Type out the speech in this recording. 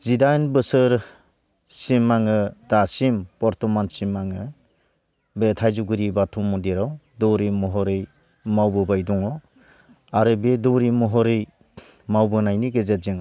जिदाइन बोसोरसिम आङो दासिम बर्थमानसिम आङो बे थाइजौगुरि बाथौ मन्दिराव दौरि महरै मावबोबाय दङ आरो बे दौरि महरै मावबोनायनि गेजेरजों